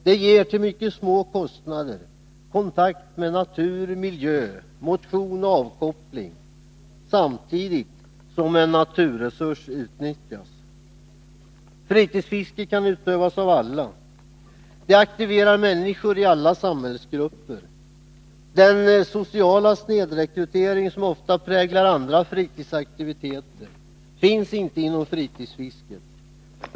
Det ger till mycket små kostnader kontakt med natur och miljö, skänker motion och avkoppling, samtidigt som en naturresurs utnyttjas. Fritidsfiske kan utövas av alla. Det aktiverar människor i alla samhällsgrupper. Den sociala snedrekrytering som ofta präglar andra fritidsaktiviteter finns inte inom fritidsfisket.